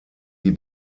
die